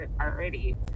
already